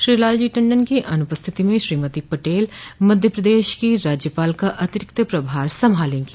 श्री लाल जी टंडन की अनुपस्थिति में श्रीमती पटेल मध्य प्रदेश की राज्यपाल का अतिरिक्त प्रभार संभालें गी